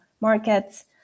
markets